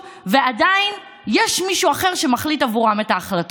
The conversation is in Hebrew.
ועדיין יש מישהו אחר שמחליט עבורם את ההחלטות.